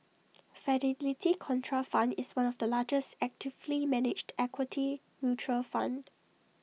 Fidelity Contrafund is one of the largest actively managed equity mutual fund